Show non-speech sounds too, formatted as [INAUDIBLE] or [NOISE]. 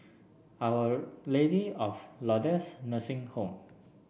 Our [UNINTELLIGIBLE] Lady of Lourdes Nursing Home